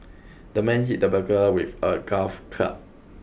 the man hit the burglar with a gulf club